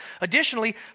Additionally